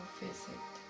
visit